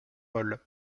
molle